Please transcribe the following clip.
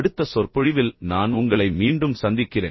அடுத்த சொற்பொழிவில் நான் உங்களை மீண்டும் சந்திக்கிறேன்